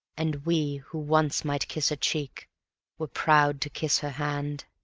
and we who once might kiss her cheek were proud to kiss her hand.